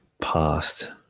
past